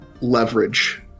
leverage